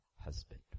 husband